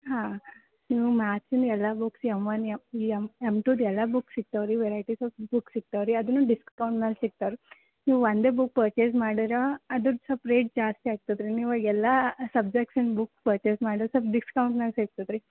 ಹಾಂ ನೀವು ಮಾತ್ಸಿನ ಎಲ್ಲ books M one M M ಟುದೆಲ್ಲ ಸಿಕ್ತಾವೆ ರೀ ವೆರೈಟಿಸ್ ಆಫ್ ಎಲ್ಲ ಬುಕ್ಸ್ ಸಿಕ್ತಾವೆ ರೀ ಅದನ್ನು ಡಿಸ್ಕೌಂಟ್ ಮ್ಯಾಲೆ ಸಿಕ್ತಾವೆ ರೀ ನೀವು ಒಂದೇ ಬುಕ್ ಪರ್ಚೆಸ್ ಮಾಡಿರೆ ಅದಕ್ಕೆ ಸೊಲ್ಪ ರೇಟ್ ಜಾಸ್ತಿ ಆಗ್ತದೆ ರೀ ನೀವು ಎಲ್ಲ ಸಬ್ಜೆಕ್ಸಿನ ಬುಕ್ ಪರ್ಚೆಸ್ ಮಾಡಿರೆ ಸೊಲ್ಪ ಡಿಸ್ಕೌಂಟ್ ಮ್ಯಾಲೆ ಸಿಕ್ತದೆ ರೀ